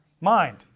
Mind